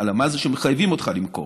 הלאמה זה שמחייבים אותך למכור,